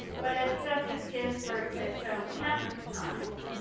but as justice ginsburg has shown countless times,